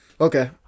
okay